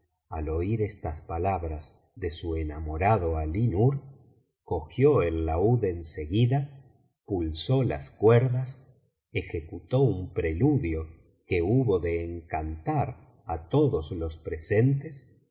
al oir estas palabras de su enamorado alí nur cogió el laúd en seguida pulsó las cuerdas ejecutó un preludio que hubo de encantar á todos los presentes